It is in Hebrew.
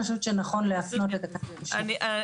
אני חושבת שנכון להפנות לתקנת משנה --- בגלל